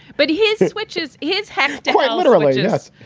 but his his which is his head quite literally. yes.